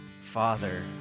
Father